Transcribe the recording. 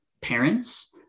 parents